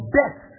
death